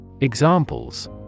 Examples